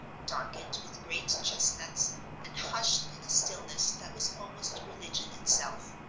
darkened with great chestnuts and hushed in a stillness that was almost religion itself.